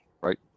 right